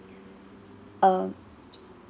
uh